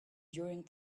during